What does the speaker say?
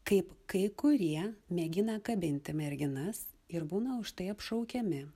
kaip kai kurie mėgina kabinti merginas ir būna už tai apšaukiami